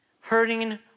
hurting